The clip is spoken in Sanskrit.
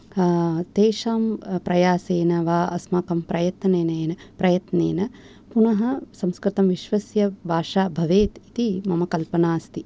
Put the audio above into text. तेषां प्रयासेन वा अस्माकं प्रयत्ननेन प्रयत्नेन पुनः संस्कृतं विश्वस्य भाषा भवेत् इति मम कल्पना अस्ति